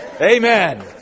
Amen